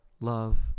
love